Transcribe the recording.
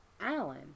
Alan